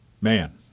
Man